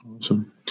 Awesome